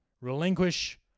relinquish